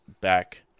back